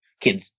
kids